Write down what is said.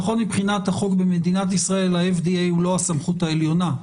לפחות מבחינת החוק במדינת ישראל ה-FDA הוא לא הסמכות העליונה,